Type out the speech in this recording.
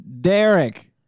Derek